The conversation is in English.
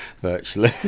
virtually